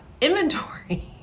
inventory